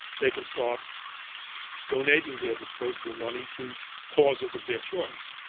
they can start donating their disposable money to causes of their choice.